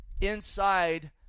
inside